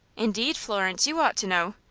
indeed, florence, you ought to know,